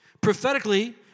Prophetically